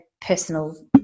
personal